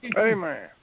amen